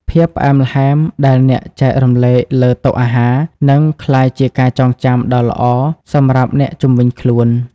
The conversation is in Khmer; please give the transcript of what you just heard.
ភាពផ្អែមល្ហែមដែលអ្នកចែករំលែកលើតុអាហារ នឹងក្លាយជាការចងចាំដ៏ល្អសម្រាប់អ្នកជុំវិញខ្លួន។